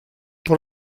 però